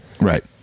Right